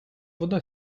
вода